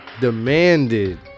demanded